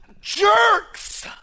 jerks